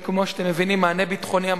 וכמו שאתם מבינים מענה ביטחוני,